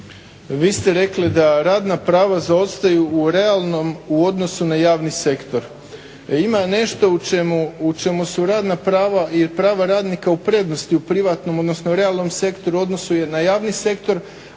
Vi ste rekli da radna prava zaostaju u realnom u odnosu na javni sektor. Ima nešto u čemu su radna prava i prava radnika u prednosti u privatnom odnosno realnom sektoru u odnosu na javni sektor,